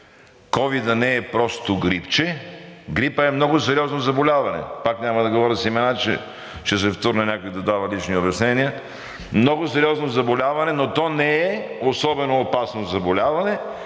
ковидът не е просто грипче – грипът е много сериозно заболяване, пак няма да говоря с имена, че ще се втурне някой да дава лични обяснения – много сериозно заболяване, но то не е особено опасно заболяване,